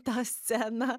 tą sceną